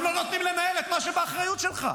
הם לא נותנים לנהל את מה שבאחריות שלך.